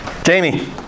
Jamie